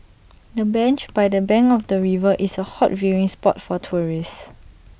the bench by the bank of the river is A hot viewing spot for tourists